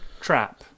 trap